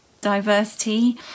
diversity